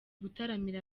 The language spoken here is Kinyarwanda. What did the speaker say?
gutaramira